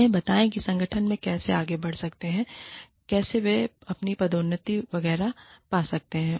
उन्हें बताएं कि वे संगठन में कैसे आगे बढ़ सकते हैं कैसे वे अपनी पदोन्नति वगैरह पा सकते हैं